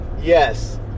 Yes